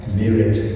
merit